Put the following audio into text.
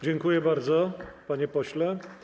Dziękuję bardzo, panie pośle.